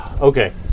okay